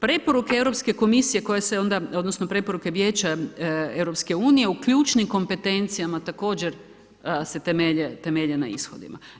Preporuke Europske komisije koje se onda, odnosno preporuku Vijeća EU u ključnim kompetencijama također se temelje na ishodima.